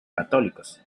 católicos